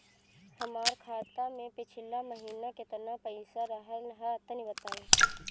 हमार खाता मे पिछला महीना केतना पईसा रहल ह तनि बताईं?